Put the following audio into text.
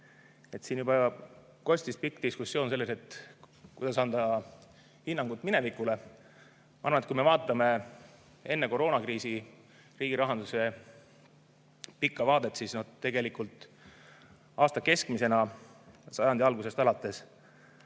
Siin juba kostis pikk diskussioon selle üle, kuidas anda hinnanguid minevikule. Ma arvan, et kui me vaatame enne koroonakriisi riigirahanduse pikka vaadet, siis oli tegelikult aasta keskmine sajandi algusest alates